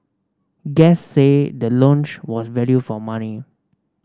guests said the lounge was value for money